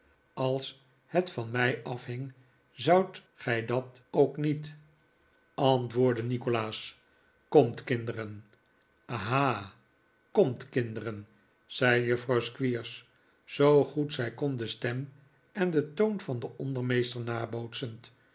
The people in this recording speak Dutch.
als het van mij afhing zoudt gij dat ook niet antwoordde nikolaas komt kinderen ha komt kinderen zei juffrouw squeers zoo goed zij kon de stem en den toon van den ondermeester nabootsend